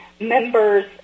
members